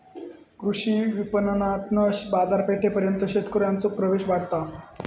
कृषी विपणणातना बाजारपेठेपर्यंत शेतकऱ्यांचो प्रवेश वाढता